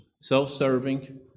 self-serving